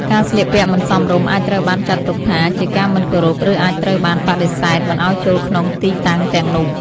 ការស្លៀកពាក់មិនសមរម្យអាចត្រូវបានចាត់ទុកថាជាការមិនគោរព ឬអាចត្រូវបានបដិសេធមិនឱ្យចូលក្នុងទីតាំងទាំងនោះ។